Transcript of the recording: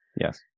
Yes